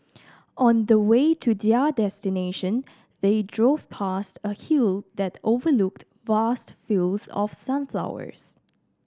on the way to their destination they drove past a hill that overlooked vast fields of sunflowers